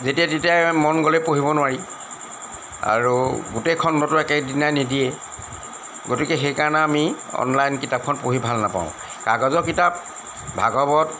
যেতিয়াই তেতিয়াই মন গ'লে পঢ়িব নোৱাৰি আৰু গোটেই খণ্ডটো একেদিনাই নিদিয়ে গতিকে সেইকাৰণে আমি অনলাইন কিতাপখন পঢ়ি ভাল নাপাওঁ কাগজৰ কিতাপ ভাগৱত